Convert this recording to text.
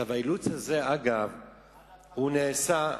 והאילוץ הזה, אגב, נעשה,